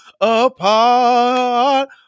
apart